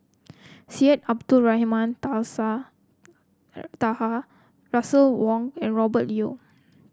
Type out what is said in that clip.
Syed Abdulrahman Tasa Taha Russel Wong and Robert Yeo